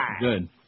Good